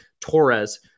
Torres